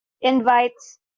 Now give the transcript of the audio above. invites